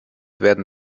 werden